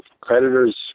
creditors